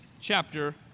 chapter